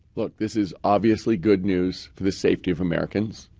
look, this is obviously good news for the safety of americans.